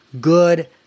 good